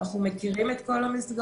אנחנו מכירים את כל המסגרות.